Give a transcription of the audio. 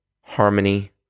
harmony